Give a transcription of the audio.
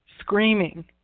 screaming